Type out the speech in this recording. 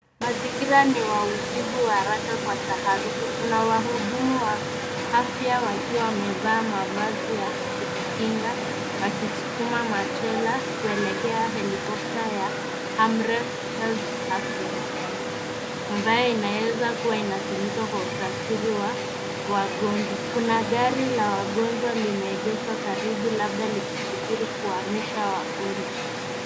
Mazingira ni wa ujibu wa haraka kwa taharuku. Kuna wahudumu wa afya wakiwa wamevaa mavazi ya kujikinga wakisukuma machela kuelekea helicopter ya Amref Health Africa . Ambayo inaweza kuwa inatumika kwa usafiri wa wagonjwa. Kuna gari la wagonjwa limeegeshwa karibu labda likisubiri kuhamisha wagonjwa.